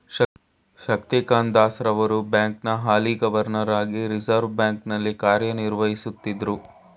ಶಕ್ತಿಕಾಂತ್ ದಾಸ್ ರವರು ಬ್ಯಾಂಕ್ನ ಹಾಲಿ ಗವರ್ನರ್ ಹಾಗಿ ರಿವರ್ಸ್ ಬ್ಯಾಂಕ್ ನಲ್ಲಿ ಕಾರ್ಯನಿರ್ವಹಿಸುತ್ತಿದ್ದ್ರು